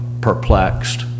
perplexed